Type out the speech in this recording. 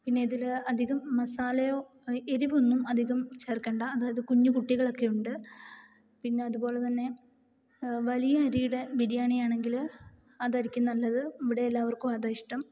പിന്നെ ഇതിൽ അധികം മസാലയോ എരിവൊന്നും അധികം ചേർക്കേണ്ട അതായത് കുഞ്ഞു കുട്ടികളൊക്കെയുണ്ട് പിന്നെ അതുപോലെ തന്നെ വലിയ അരിയുടെ ബിരിയാണി ആണെങ്കിൽ അതായിരിക്കും നല്ലത് ഇവിടെ എല്ലാവർക്കും അതാണ് ഇഷ്ടം